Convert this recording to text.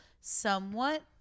somewhat